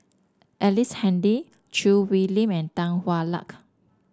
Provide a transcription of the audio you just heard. Ellice Handy Choo Hwee Lim and Tan Hwa Luck